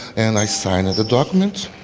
and i signed the document.